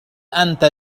أنت